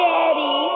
Daddy